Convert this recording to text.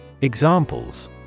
Examples